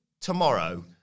tomorrow